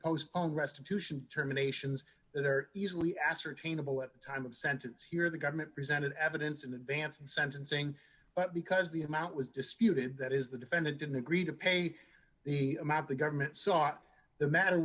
postpone restitution terminations that are easily ascertainable at the time of sentence here the government presented evidence in advance and sentencing because the amount was disputed that is the defendant didn't agree to pay the amount the government sought the matter